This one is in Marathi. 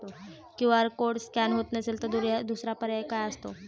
क्यू.आर कोड स्कॅन होत नसेल तर दुसरा पर्याय काय असतो?